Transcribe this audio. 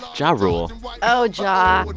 ja rule oh, ja,